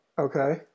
okay